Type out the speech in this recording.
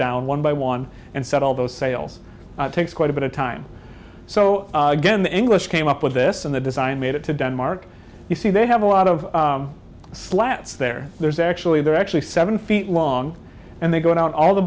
down one by one and set all those sales takes quite a bit of time so again the english came up with this and the design made it to denmark you see they have a lot of slats there there's actually they're actually seven feet long and they go down all the